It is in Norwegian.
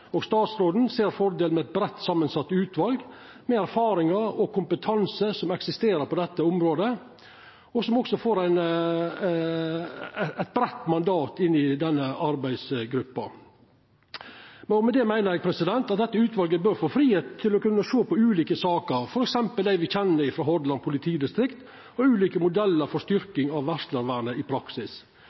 og statsråden ser fordelen med eit breitt samansett utval med erfaringar og kompetanse som eksisterer på dette området, og som også får eit breitt mandat med seg inn i denne arbeidsgruppa. Med det meiner eg at dette utvalet bør få fridom til å kunna sjå på ulike saker, f.eks. dei me kjenner frå Hordaland politidistrikt, og ulike modellar for styrking av varslarvernet i praksis.